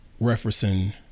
referencing